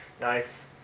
Nice